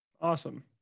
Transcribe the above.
Awesome